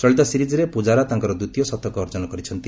ଚଳିତ ସିରିଜ୍ରେ ପୂଜାରା ତାଙ୍କର ଦ୍ୱିତୀୟ ଶତକ ଅର୍ଜନ କରିଛନ୍ତି